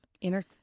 Inner